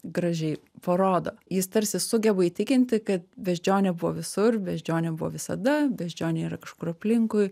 gražiai parodo jis tarsi sugeba įtikinti kad beždžionė buvo visur beždžionė buvo visada beždžionė yra kažkur aplinkui